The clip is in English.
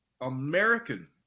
american